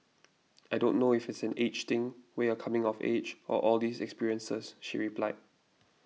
I don't know if it's an age thing where are coming of age or all these experiences she replied